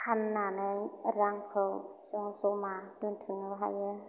फान्नानै रांखौ जों ज'मा दोनथुमनो हायो